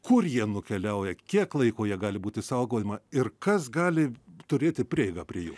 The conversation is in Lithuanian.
kur jie nukeliauja kiek laiko jie gali būti saugojama ir kas gali turėti prieigą prie jų